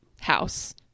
house